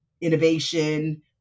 innovation